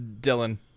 Dylan